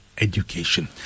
Education